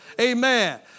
Amen